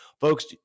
Folks